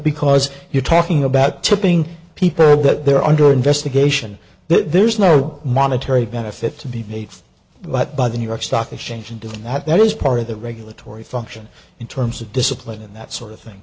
because you're talking about tipping people that they're under investigation there's no monetary benefit to be paid but by the new york stock exchange and doing that is part of the regulatory function in terms of discipline and that sort of